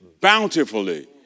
bountifully